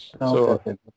Okay